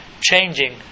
changing